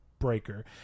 breaker